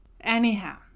anyhow